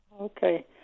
Okay